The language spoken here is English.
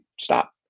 stop